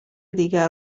دیگر